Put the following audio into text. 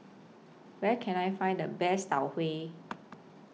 Where Can I Find The Best Tau Huay